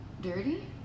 dirty